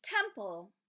temple